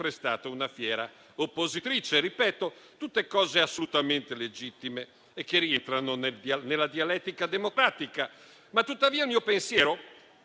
stata una fiera oppositrice. Ripeto che sono tutte cose assolutamente legittime, che rientrano nella dialettica democratica. Tuttavia il mio pensiero,